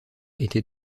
était